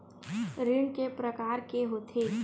ऋण के प्रकार के होथे?